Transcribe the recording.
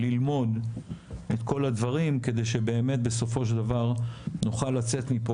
ללמוד את כל הדברים כדי שבאמת בסופו של דבר נוכל לצאת מפה